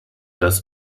dass